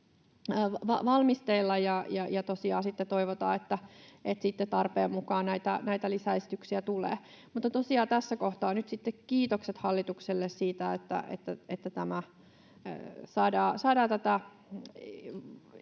valmisteilla. Tosiaan toivotaan, että sitten tarpeen mukaan näitä lisäesityksiä tulee. Mutta tosiaan tässä kohtaa nyt sitten kiitokset hallitukselle siitä, että saadaan tähän